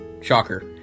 Shocker